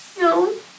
No